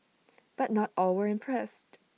but not all were impressed